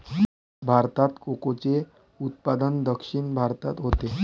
भारतात कोकोचे उत्पादन दक्षिण भारतात होते